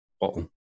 bottle